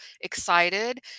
excited